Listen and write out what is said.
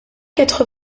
quatre